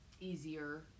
easier